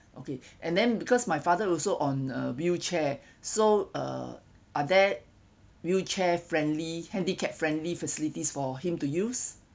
okay and then because my father also on a wheelchair so uh are there wheelchair friendly handicapped friendly facilities for him to use